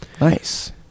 Nice